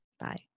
Bye